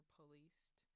policed